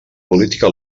política